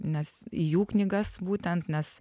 nes jų knygas būtent nes